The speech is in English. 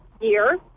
year